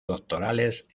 doctorales